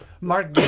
Mark